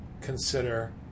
consider